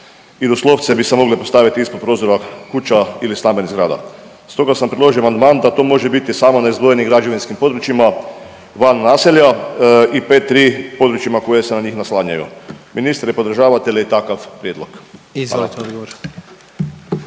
i doslovce bi se mogle postavit ispod prozora kuća ili stambenih zgrada. Stoga sam predložio amandman da to može biti samo na izdvojenim građevinskim područjima van naselja i P3 područjima koja se na njih naslanjaju. Ministre, podržavate li takav prijedlog? Hvala.